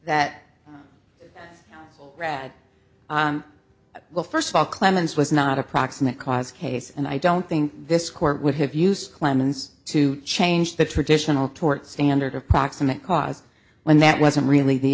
that brad well first of all clemens was not a proximate cause case and i don't think this court would have used clemens to change the traditional tort standard of proximate cause when that wasn't really the